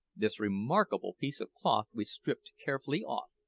this remarkable piece of cloth we stripped carefully off,